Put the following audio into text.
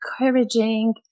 encouraging